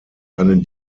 einen